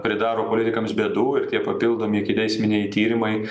pridaro politikams bėdų ir tie papildomi ikiteisminiai tyrimai